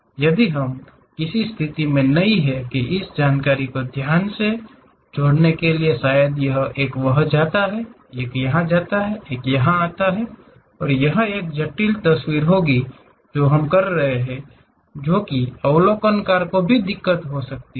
यदि हम किसी स्थिति में नहीं हैं इस जानकारी को ध्यान से जोड़ने के लिए शायद यह एक वहाँ जाता है यह एक वहाँ आता है यह एक आता है तो यह एक जटिल तस्वीर होगी जो हम कर रहे हैं जो कि अवलोकनकर को भी दिकत हो सकती है